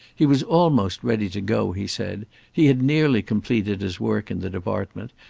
he was almost ready to go, he said he had nearly completed his work in the department,